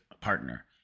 partner